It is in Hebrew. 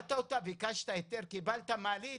הגבהת אותה, ביקשת היתר קיבלת מעלית,